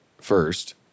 first